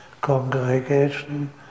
congregation